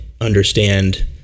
understand